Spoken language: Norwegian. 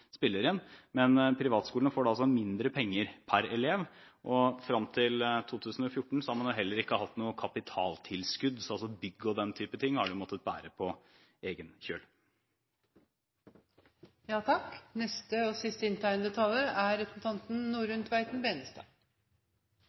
spiller inn – men privatskolene får altså mindre penger per elev. Frem til 2014 fikk man heller ikke noe kapitaltilskudd. Kostnadene for bygg osv. har de måttet ta på egen kappe. Mens jeg satt og hørte på debatten om endringene som er